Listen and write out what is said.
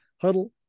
Huddle